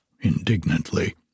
indignantly